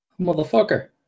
motherfucker